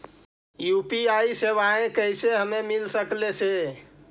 UPI सेवाएं कैसे हमें मिल सकले से?